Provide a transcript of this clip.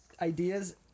ideas